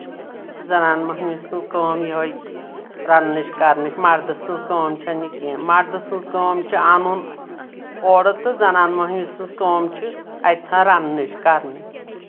یہِ چھِ زنان مۄہنوِ سٕنٛز کٲم یِہوے رَننٕچ کرنٕچ مردس سٕنٛز کٲم چھےٚ نہٕ یہِ کینٛہہ مردٕ سٕنٛز کٲم چھِ اَنُن اورٕ تہٕ زنان مۄہنوِ سٕنٛز کٲم چھِ اَتِتھٕن رننٕچ کرنٕچ